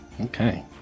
okay